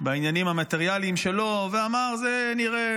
בעניינים המטריאליים שלו ואמר: נראה,